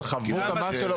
אבל חבות המס שלו,